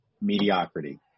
mediocrity